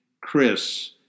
Chris